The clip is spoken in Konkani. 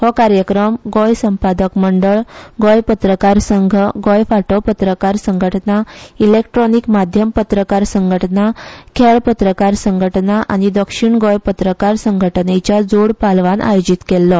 हो कार्यक्रम गोंय संपादक मंडळ गोंय पत्रकांर संघ गोंय फोटो पत्रकांर संघटना इलेक्ट्रॉनिक माध्यम पत्रकांर संघटना खेळां पत्रकांर संघटना आनी दक्षीण गोंय पत्रकांर संघटनेच्या जोड पालवान आयोजीत केल्लो